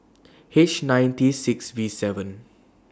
H nine T six V seven